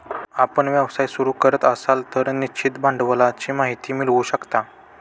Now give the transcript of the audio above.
आपण व्यवसाय सुरू करत असाल तर निश्चित भांडवलाची माहिती मिळवू शकता